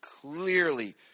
clearly